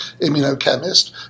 immunochemist